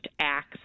acts